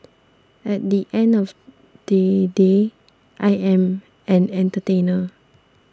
at the end of they day I am an entertainer